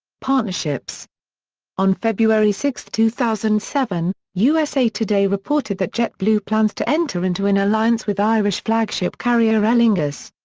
partnerships on february six, two thousand and seven, usa today reported that jetblue plans to enter into an alliance with irish flagship carrier aer lingus.